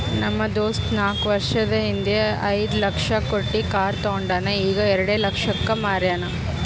ನಮ್ ದೋಸ್ತ ನಾಕ್ ವರ್ಷದ ಹಿಂದ್ ಐಯ್ದ ಲಕ್ಷ ಕೊಟ್ಟಿ ಕಾರ್ ತೊಂಡಾನ ಈಗ ಎರೆಡ ಲಕ್ಷಕ್ ಮಾರ್ಯಾನ್